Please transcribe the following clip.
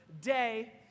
day